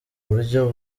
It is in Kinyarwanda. uburyo